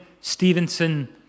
Stevenson